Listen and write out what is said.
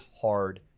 hard